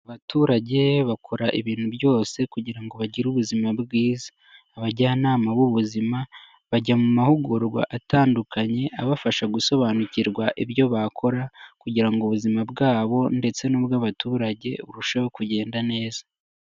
Abaturage bakora ibintu byose kugira ngo bagire ubuzima bwiza, abajyanama b'ubuzima bajya mu mahugurwa atandukanye, abafasha gusobanukirwa ibyo bakora, kugira ngo ubuzima bwabo ndetse n'ubw'abaturage burusheho kugenda neza.